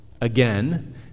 again